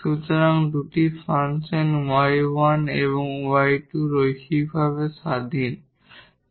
সুতরাং দুটি function y1 এবং y2 লিনিয়ারভাবে ইন্ডিপেন্ডেট